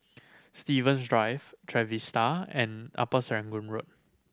Stevens Drive Trevista and Upper Serangoon Road